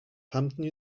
hampton